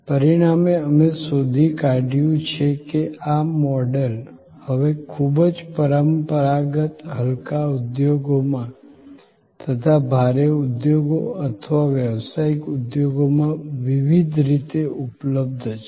પરિણામે અમે શોધી કાઢ્યું છે કે આ મોડેલ હવે ખૂબ જ પરંપરાગત હલકા ઉદ્યોગોમાં તથા ભારે ઉદ્યોગો અથવા વ્યવસાયિક ઉદ્યોગોમાં વિવિધ રીતે ઉપલબ્ધ છે